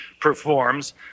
performs